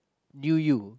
knew you